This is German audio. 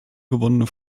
gewonnene